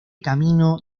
camino